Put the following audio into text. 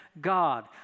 God